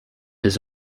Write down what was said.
his